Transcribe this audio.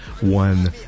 one